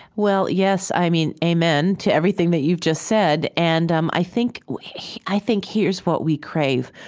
well, yes. i mean, amen to everything that you've just said and um i think i think here's what we crave.